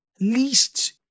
least